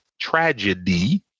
tragedy